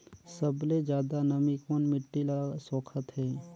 सबले ज्यादा नमी कोन मिट्टी ल सोखत हे?